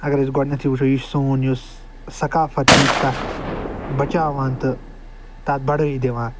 اگر أسۍ گۄڈٕنٮ۪تھے وٕچھو یہِ چھُ سون یُس ثقافت چھِ یہِ چھِ تتھ بچاوان تہٕ تتھ بڑٲے دِوان